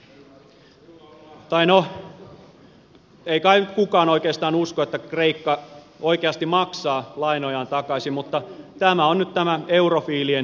tai no ei kai nyt kukaan oikeastaan usko että kreikka oikeasti maksaa lainojaan takaisin mutta tämä on nyt eurofiilien suunnitelma